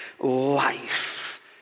life